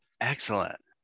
Excellent